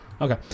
Okay